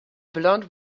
blond